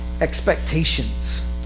expectations